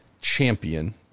champion